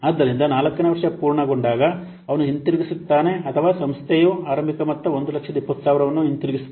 ಆದ್ದರಿಂದ 4 ನೇ ವರ್ಷ ಪೂರ್ಣಗೊಂಡಾಗ ಅವನು ಹಿಂತಿರುಗಿಸುತ್ತಾನೆ ಅಥವಾ ಸಂಸ್ಥೆಯು ಆರಂಭಿಕ ಮೊತ್ತ 120000ವನ್ನು ಹಿಂದಿರುಗಿಸುತ್ತದೆ